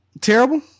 Terrible